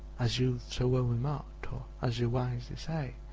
as you've so well remarked, or, as you wisely say,